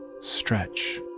stretch